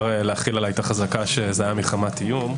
להחיל עליי את החזקה שזה היה מחמת איום.